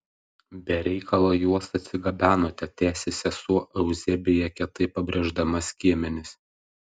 be reikalo juos atsigabenote tęsė sesuo euzebija kietai pabrėždama skiemenis